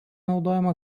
naudojama